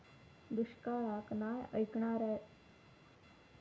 दुष्काळाक नाय ऐकणार्यो पीका खयली?